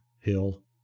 Hill